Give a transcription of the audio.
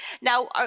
Now